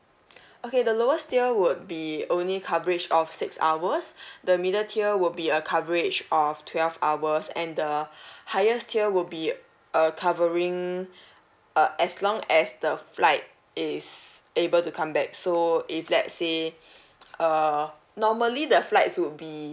okay the lowest tier would be only coverage of six hours the middle tier would be a coverage of twelve hours and the highest tier will be uh covering uh as long as the flight is able to come back so if let's say uh normally the flights would be